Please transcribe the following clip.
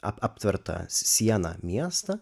aptvertą siena miestą